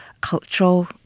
cultural